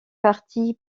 parti